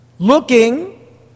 Looking